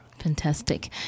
Fantastic